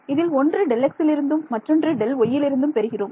இதில் ஒன்று Δx லிருந்தும் மற்றொன்று Δy யிலிருந்தும் பெறுகிறோம்